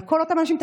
על כל אותם אנשים.